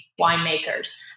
winemakers